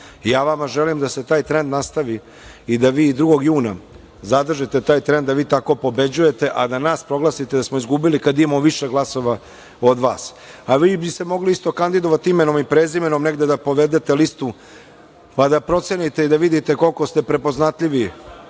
Ja vama želim da se taj trend nastavi i da vi 2. juna zadržite taj trend da vi tako pobeđujete, a da nas proglasite da smo izgubili kada imamo više glasova od vas.A vi bi se mogli isto kandidovati imenom i prezimenom da povedete listu, pa da procenite i da vidite koliko ste prepoznatljivi